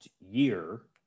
year